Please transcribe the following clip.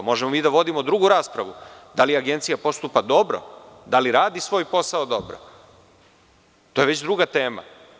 Možemo mi da vodimo drugu raspravu, da li Agencija postupa dobro, da li radi svoj posao dobro, ali to je druga tema.